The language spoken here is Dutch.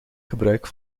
gebruik